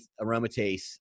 aromatase